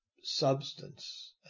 substance